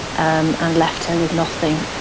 um and left her with nothing,